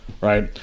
right